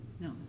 No